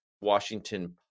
Washington